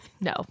No